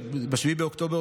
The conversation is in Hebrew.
ב-7 באוקטובר,